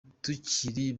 tukiri